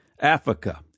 Africa